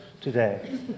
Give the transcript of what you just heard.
today